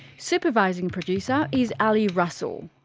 supervising producer is ali russell.